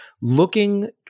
looking